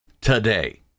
today